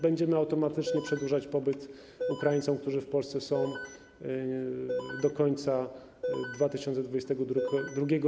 Będziemy automatycznie przedłużać pobyt Ukraińcom, którzy w Polsce są do końca 2022 r.